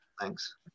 Thanks